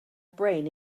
brain